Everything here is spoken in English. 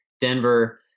Denver